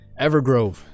Evergrove